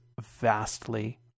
vastly